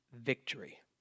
victory